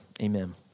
Amen